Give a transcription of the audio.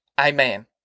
Amen